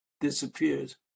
Disappears